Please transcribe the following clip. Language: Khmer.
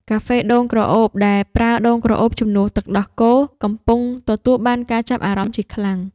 កាហ្វេដូងក្រអូប ដែលប្រើដូងក្រអូបជំនួសទឹកដោះគោ កំពុងទទួលបានការចាប់អារម្មណ៍ជាខ្លាំង។